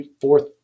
fourth